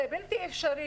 זה בלתי אפשרי,